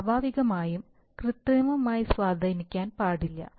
സ്വാഭാവികമായും കൃത്രിമമായി സ്വാധീനിക്കാൻ പാടില്ല